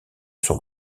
son